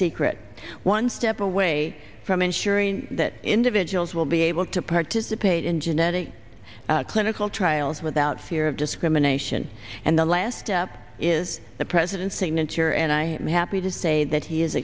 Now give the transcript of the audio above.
secret one step away from ensuring that individuals will be able to participate in genetic clinical trials without fear of discrimination and the last step is the president's signature and i am happy to say that he is